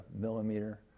millimeter